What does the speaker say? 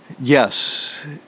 Yes